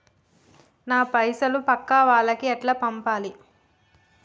నా పైసలు పక్కా వాళ్లకి ఎట్లా పంపాలి?